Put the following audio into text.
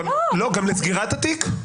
גם לסגירת התיק?